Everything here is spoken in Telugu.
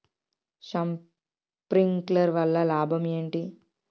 శప్రింక్లర్ వల్ల లాభం ఏంటి?